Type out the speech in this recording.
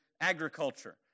agriculture